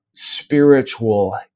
Spiritual